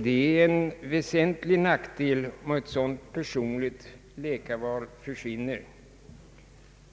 Det är en väsentlig nackdel om ett sådant personligt läkarval försvinner.